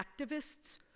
activists